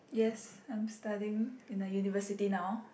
yes I'm studying in a university now